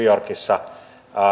yorkissa